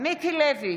מיקי לוי,